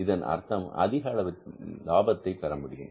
இதன் அர்த்தம் அதிக அளவில் லாபத்தை பெற முடியும்